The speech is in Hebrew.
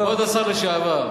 כבוד השר לשעבר.